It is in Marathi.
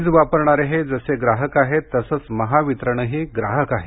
वीज वापरणारे हे जसे ग्राहक आहेत तसेच महावितरणही ग्राहक आहे